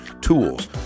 tools